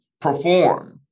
Perform